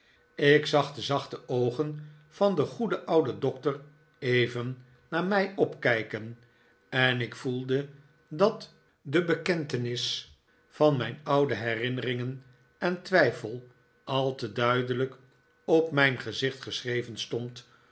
ik zag de zachte oogen van den goeden ouden doctor even naar mij opkijken en ik doctor strong's nobele karakter voelde dat de bekentenis van mijn oude herinneringen en twijfel al te duidelijk op mijn gezicht geschreven stond